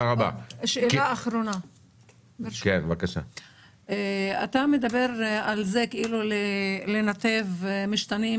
שאלה אחרונה: אתה מדבר על ניתוב משתנים